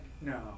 No